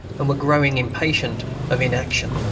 and were growing impatient of inaction.